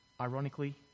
Ironically